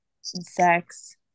sex